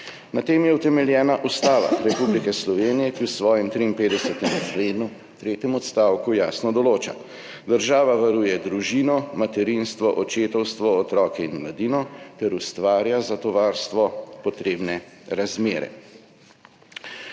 Na tem je utemeljena Ustava Republike Slovenije, ki v svojem 53. členu v tretjem odstavku jasno določa: »Država varuje družino, materinstvo, očetovstvo, otroke in mladino ter ustvarja za to varstvo potrebne razmere.«